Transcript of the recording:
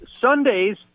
Sundays